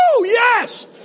Yes